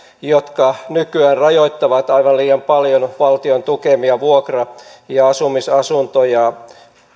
jotka nykyään rajoittavat aivan liian paljon valtion tukemia vuokra ja asumisoikeusasuntoja